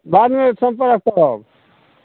बाबु सब